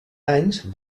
anys